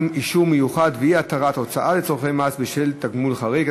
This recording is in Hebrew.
(אישור מיוחד ואי-התרת הוצאה לצורכי מס בשל תגמול חריג),